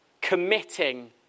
committing